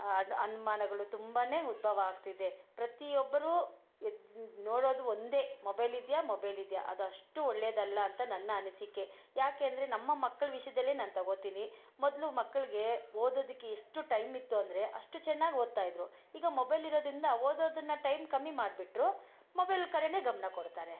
ಅನು ಅನುಮಾನಗಳು ತುಂಬಾನೇ ಉದ್ಭವ ಆಗ್ತಿದೆ ಪ್ರತಿಯೊಬ್ರು ಎದ್ದು ನೋಡೋದು ಒಂದೇ ಮೊಬೈಲ್ ಇದೆಯಾ ಮೊಬೈಲ್ ಇದೆಯಾ ಅದಷ್ಟು ಒಳ್ಳೆದಲ್ಲ ಅಂತ ನನ್ನ ಅನಿಸಿಕೆ ಯಾಕೆ ಅಂದರೆ ನಮ್ಮ ಮಕ್ಳ ವಿಷಯದಲ್ಲೇ ನಾನು ತೊಗೊಳ್ತೀನಿ ಮೊದಲು ಮಕ್ಕಳಿಗೆ ಓದೋದಕ್ಕೆ ಎಷ್ಟು ಟೈಮಿತ್ತು ಅಂದರೆ ಅಷ್ಟು ಚೆನ್ನಾಗಿ ಓದ್ತಾಯಿದ್ರು ಈಗ ಮೊಬೈಲ್ ಇರೋದ್ರಿಂದ ಓದೋದನ್ನು ಟೈಮ್ ಕಮ್ಮಿ ಮಾಡಿಬಿಟ್ರು ಮೊಬೈಲ್ ಕಡೆಗೇ ಗಮನ ಕೊಡ್ತಾರೆ